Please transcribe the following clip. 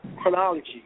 chronology